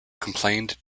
complained